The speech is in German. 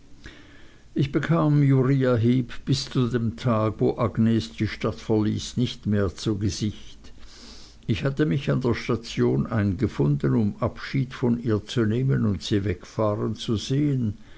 ich bekam uriah heep bis zu dem tag wo agnes die stadt verließ nicht mehr zu gesicht ich hatte mich an der station eingefunden um abschied von ihr zu nehmen und sie wegfahren zu sehen